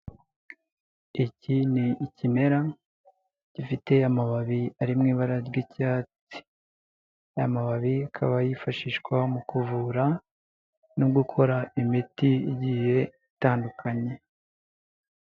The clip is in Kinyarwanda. Iki ni ikimera gifite amababi ari mu ibara ry'icyatsi. Amababi akaba yifashishwa mu kuvura no gukora imiti igiye itandukanye.